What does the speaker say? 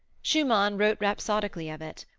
schumann wrote rhapsodically of it.